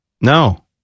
no